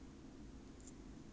find a lawyer